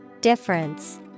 Difference